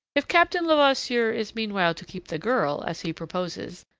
if captain levasseur is meanwhile to keep the girl, as he proposes,